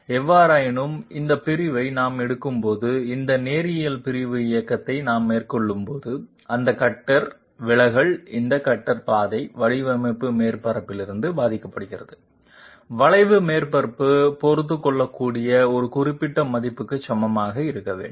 எவ்வாறாயினும் இந்த பிரிவை நாம் எடுக்கும்போது இந்த நேரியல் பிரிவு இயக்கத்தை நாம் மேற்கொள்ளும்போது அந்த கட்டர் விலகல் இந்த கட்டர் பாதை வடிவமைப்பு மேற்பரப்பில் இருந்து பாதிக்கப்படுகிறது வளைவு மேற்பரப்பு பொறுத்துக்கொள்ளக்கூடிய ஒரு குறிப்பிட்ட மதிப்புக்கு சமமாக இருக்க வேண்டும்